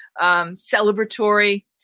celebratory